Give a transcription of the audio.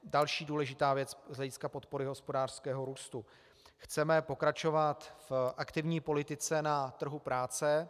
Další důležitá věc z hlediska podpory hospodářského růstu: Chceme pokračovat v aktivní politice na trhu práce.